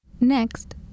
Next